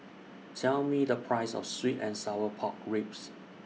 Tell Me The Price of Sweet and Sour Pork Ribs